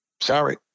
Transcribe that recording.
sorry